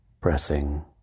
pressing